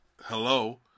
Hello